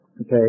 Okay